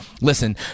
listen